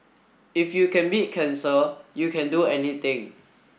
if you can beat cancer you can do anything